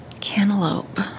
Cantaloupe